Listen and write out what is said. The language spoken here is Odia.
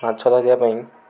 ମାଛ ଧରିବା ପାଇଁ